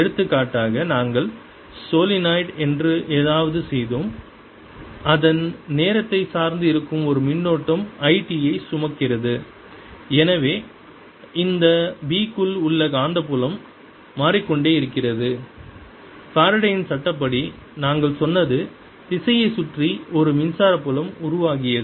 எடுத்துக்காட்டாக நாங்கள் சோலெனாய்டு என்று ஏதாவது செய்தோம் அதன் நேரத்தை சார்ந்து இருக்கும் ஒரு மின்னோட்டம் I t சுமக்கிறேன் எனவே இந்த B க்குள் உள்ள காந்தப்புலம் மாறிக்கொண்டே இருக்கிறது ஃபாரடேயின் Faraday's சட்டப்படி நாங்கள் சொன்னது திசையைச் சுற்றி ஒரு மின்சார புலம் உருவாகியது